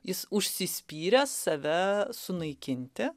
jis užsispyręs save sunaikinti